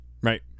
Right